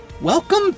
Welcome